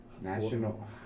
National